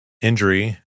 Injury